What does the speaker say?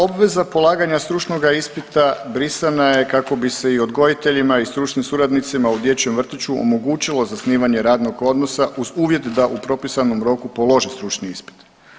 Obveza polaganja stručnoga ispita brisana je kako bi se i odgojiteljima i stručnim suradnicima u dječjem vrtiću omogućilo zasnivanje radnog odnosa uz uvjet da u propisanom roku polože stručni ispit.